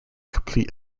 complete